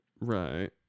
Right